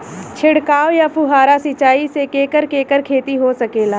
छिड़काव या फुहारा सिंचाई से केकर केकर खेती हो सकेला?